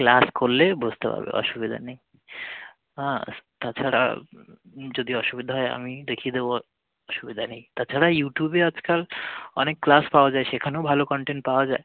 class করলেই বুঝতে পারবে অসুবিধা নেই তাছাড়া যদি অসুবিধা হয় আমি দেখিয়ে দেবো অসুবিধা নেই তাছাড়া ইউটিউবে আজকাল অনেক ক্লাস পাওয়া যায় সেখানেও ভালো কন্টেন্ট পাওয়া যায়